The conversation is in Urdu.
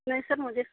نہیں سر مجھے